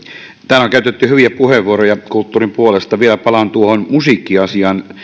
täällä on käytetty hyviä puheenvuoroja kulttuurin puolesta vielä palaan tuohon musiikkiasiaan